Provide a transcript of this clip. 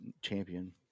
champion